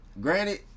Granted